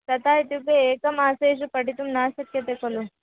तथा इत्युक्ते एकमासे पठितुं न शक्यते खलु